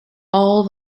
all